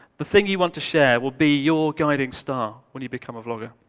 the thing you want to share will be your guiding star when you become a vlogger.